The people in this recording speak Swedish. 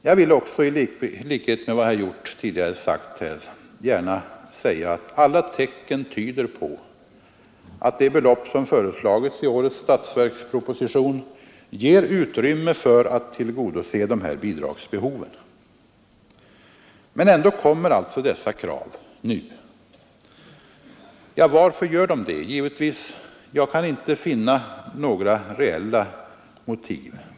Jag vill också, i likhet med vad herr Hjorth tidigare anfört, gärna säga att alla tecken tyder på att det belopp som föreslagits i årets statsverksproposition ger utrymme för att tillgodose dessa bidragsbehov. Men ändå kommer alltså dessa krav nu. Varför gör de det? Jag kan inte finna några reella motiv.